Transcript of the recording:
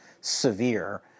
severe